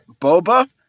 Boba